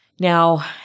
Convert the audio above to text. Now